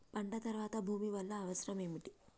పంట తర్వాత భూమి వల్ల అవసరం ఏమిటి?